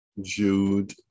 Jude